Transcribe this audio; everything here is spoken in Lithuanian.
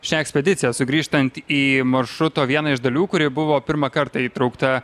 šią ekspediciją sugrįžtant į maršruto vieną iš dalių kuri buvo pirmą kartą įtraukta